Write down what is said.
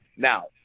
Now